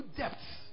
depths